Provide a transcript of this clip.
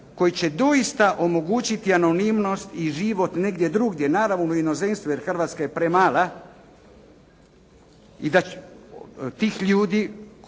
koji će doista omogućiti anonimnost i život negdje drugdje, naravno u inozemstvu jer Hrvatska je premala tih ljudi